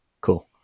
cool